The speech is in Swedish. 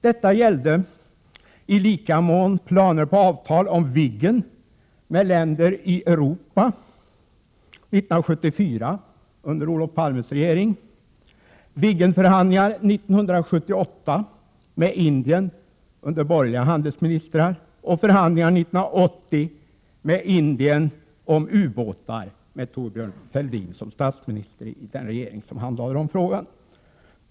Detta gällde i lika mån planer på avtal om Viggen med länder i Europa 1974 under Olof Palmes regering, Viggenförhandlingar 1978 med Indien under borgerliga handelsministrar och förhandlingar 1980 med Indien om ubåtar med Thorbjörn Fälldin som statsminister i den regering som handlade den frågan.